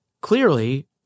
clearly